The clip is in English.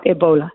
Ebola